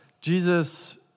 Jesus